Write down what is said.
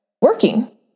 working